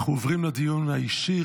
אנחנו עוברים לדיון האישי.